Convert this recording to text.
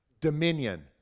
dominion